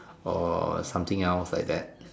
or something else like that